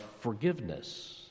forgiveness